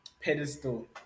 pedestal